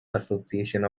associations